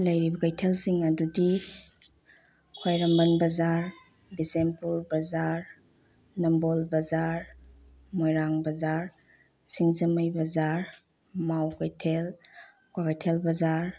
ꯂꯩꯔꯤꯕ ꯁꯩꯊꯦꯜꯁꯤꯡ ꯑꯗꯨꯗꯤ ꯈ꯭ꯋꯥꯏꯔꯝꯕꯟ ꯕꯖꯥꯔ ꯕꯤꯁꯦꯝꯄꯨꯔ ꯕꯖꯥꯔ ꯅꯝꯕꯣꯜ ꯕꯖꯥꯔ ꯃꯣꯏꯔꯥꯡ ꯕꯖꯥꯔ ꯁꯤꯡꯖꯃꯩ ꯕꯖꯥꯔ ꯃꯥꯎ ꯀꯩꯊꯦꯜ ꯀ꯭ꯋꯥꯀꯩꯊꯦꯜ ꯕꯖꯥꯔ